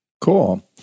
Cool